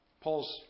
Paul's